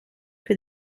for